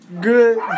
Good